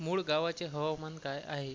मूळ गावाचे हवामान काय आहे